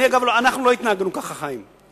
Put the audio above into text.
אנחנו לא התנהגנו ככה, חיים.